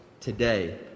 today